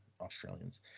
Australians